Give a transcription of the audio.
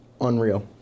unreal